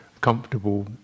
comfortable